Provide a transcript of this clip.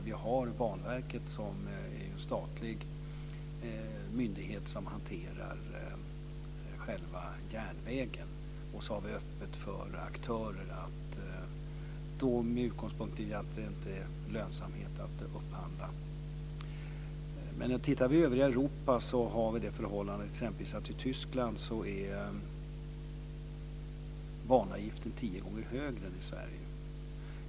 Vi har Banverket som en statlig myndighet som hanterar själva järnvägen, och vi har öppet för aktörer att upphandla med utgångspunkt i att det inte är lönsamhet. I övriga Europa är förhållandet det att exempelvis i Tyskland är banavgiften tio gånger högre än i Sverige.